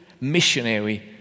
missionary